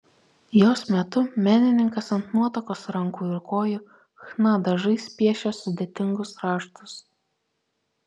jos metu menininkas ant nuotakos rankų ir kojų chna dažais piešia sudėtingus raštus